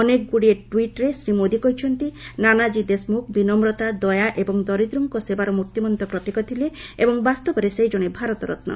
ଅନେକଗୁଡ଼ିଏ ଟ୍ୱିଟ୍ରେ ଶ୍ରୀ ମୋଦି କହିଛନ୍ତି ନାନାକ୍ରୀ ଦେଶମୁଖ ବିନମ୍ରତା ଦୟା ଏବଂ ଦରିଦ୍ରଙ୍କ ସେବାର ମୂର୍ତ୍ତିମନ୍ତ ପ୍ରତୀକ ଥିଲେ ଏବଂ ବାସ୍ତବରେ ସେ ଜଣେ ଭାରତ ରତ୍ନ